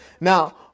Now